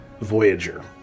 voyager